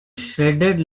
shredded